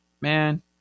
man